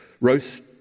roast